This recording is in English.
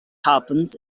happens